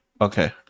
Okay